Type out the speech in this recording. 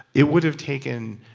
it would have taken,